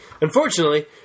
Unfortunately